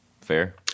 fair